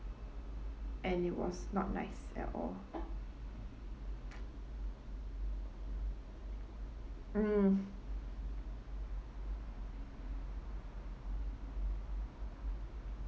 and it was not nice at all mm